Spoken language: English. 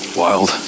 wild